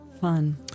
fun